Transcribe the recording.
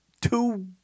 two